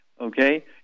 Okay